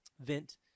vent